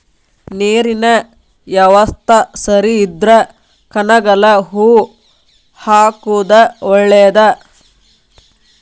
ನೇರಿನ ಯವಸ್ತಾ ಸರಿ ಇದ್ರ ಕನಗಲ ಹೂ ಹಾಕುದ ಒಳೇದ